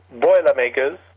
Boilermakers